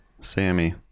Sammy